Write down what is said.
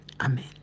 amen